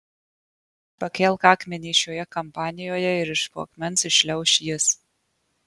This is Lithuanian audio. pakelk akmenį šioje kampanijoje ir iš po akmens iššliauš jis